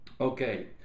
okay